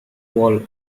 ball